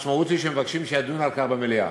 המשמעות היא שהם מבקשים שידונו על כך במליאה.